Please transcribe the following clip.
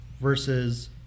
versus